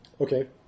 Okay